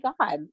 God